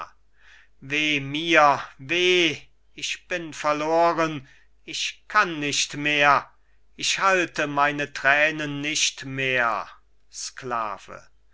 weh ich bin verloren ich kann nicht mehr ich halte meine thränen nicht mehr sklave